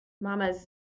mama's